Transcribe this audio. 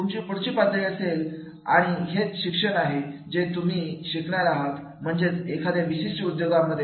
तुमची पुढची पातळी असेल आणि हेच शिक्षण आहे जे तुम्ही शिकणार आहात म्हणजेच एखाद्या विशिष्ट उद्योगांमध्ये